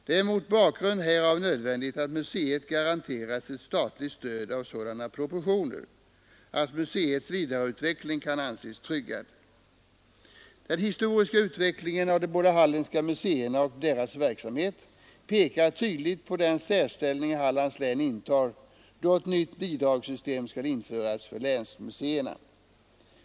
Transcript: Det är mot bakgrund härav nödvändigt att museet garanteras ett statligt stöd av sådana proportioner att museets vidareutveckling kan anses tryggad.” Den historiska utvecklingen av de båda halländska museerna och deras verksamhet pekar tydligt på den särställning Hallands län intar, då ett nytt bidragssystem skall införas för länsmuseerna.